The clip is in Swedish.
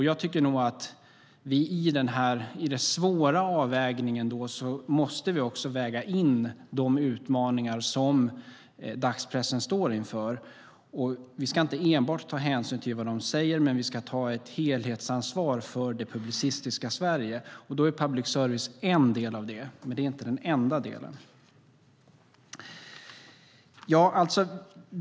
Jag tycker nog att vi i den här svåra avvägningen också måste väga in de utmaningar som dagspressen står inför. Vi ska inte enbart ta hänsyn till vad de säger, men vi ska ta ett helhetsansvar för det publicistiska Sverige. Då är public service en del av det, men det är inte den enda delen.